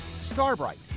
Starbright